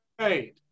right